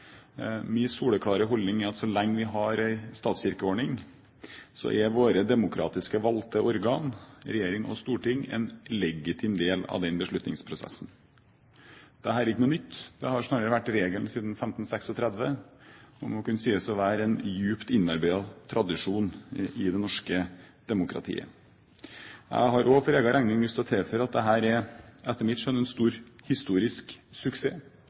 soleklare holdning er at så lenge vi har en statskirkeordning, er våre demokratiske, valgte organ, regjering og storting, en legitim del av den beslutningsprosessen. Dette er ikke noe nytt. Det har snarere vært regelen siden 1536 og må kunne sies å være en dypt innarbeidet tradisjon i det norske demokratiet. Jeg har også for egen regning lyst til å tilføye at dette, etter mitt skjønn, er en stor historisk suksess.